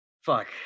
Fuck